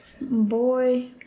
Boy